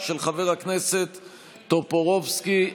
של חבר הכנסת טופורובסקי,